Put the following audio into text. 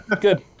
Good